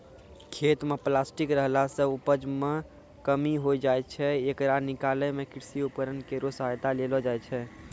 खेत म प्लास्टिक रहला सें उपज मे कमी होय जाय छै, येकरा निकालै मे कृषि उपकरण केरो सहायता लेलो जाय छै